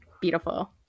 Beautiful